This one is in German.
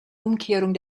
umkehrung